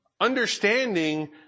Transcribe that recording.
Understanding